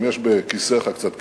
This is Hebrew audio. אם יש בכיסך קצת כסף,